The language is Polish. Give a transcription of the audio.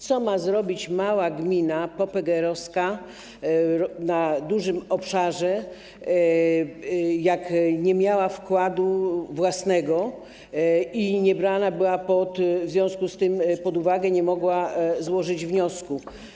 Co ma zrobić mała gmina popegeerowska na dużym obszarze, jak nie miała wkładu własnego i nie była brana w związku z tym pod uwagę, nie mogła złożyć wniosku?